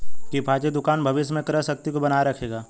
किफ़ायती दुकान भविष्य में क्रय शक्ति को बनाए रखेगा